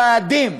מקופדים.